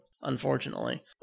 unfortunately